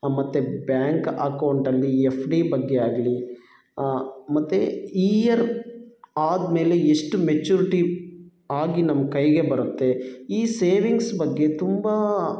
ಮತ್ತು ಬ್ಯಾಂಕ್ ಅಕೌಂಟಲ್ಲಿ F D ಬಗ್ಗೆ ಆಗಲಿ ಮತ್ತು ಈಯರ್ ಆದ ಮೇಲೆ ಎಷ್ಟು ಮೆಚುರ್ಟಿ ಆಗಿ ನಮ್ಮ ಕೈಗೆ ಬರುತ್ತೆ ಈ ಸೇವಿಂಗ್ಸ್ ಬಗ್ಗೆ ತುಂಬ